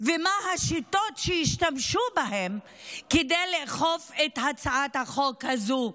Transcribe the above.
ומה השיטות שישתמשו בהן כדי לאכוף את הצעת החוק הזו.